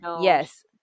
yes